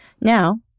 Now